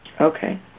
Okay